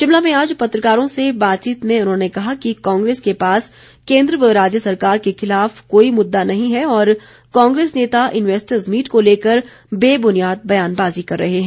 शिमला में आज पत्रकारों से बातचीत में उन्होंने कहा कि कांग्रेस के पास केंद्र व राज्य सरकार के खिलाफ कोई मुद्दा नहीं है और कांग्रेस नेता इन्वेस्ट्स मीट को लेकर बेबुनियाद ब्यानबाजी कर रहे हैं